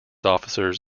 officers